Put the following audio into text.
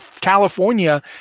California